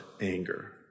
anger